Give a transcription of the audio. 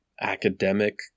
academic